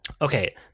Okay